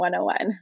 101